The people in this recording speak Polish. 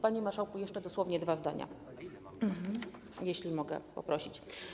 Panie marszałku, jeszcze dosłownie dwa zdania, jeśli mogę poprosić.